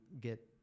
get